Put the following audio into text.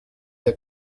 der